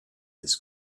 this